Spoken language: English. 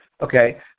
Okay